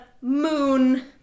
Moon